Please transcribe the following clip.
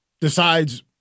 decides